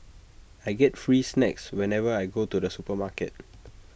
I get free snacks whenever I go to the supermarket